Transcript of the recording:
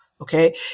Okay